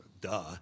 duh